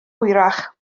hwyrach